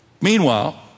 Meanwhile